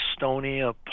Estonia